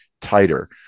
tighter